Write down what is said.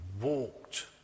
walked